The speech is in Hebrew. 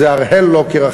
זה הראל לוקר,